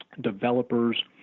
developers